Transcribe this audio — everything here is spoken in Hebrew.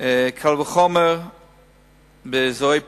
קל וחומר באזורי פיתוח,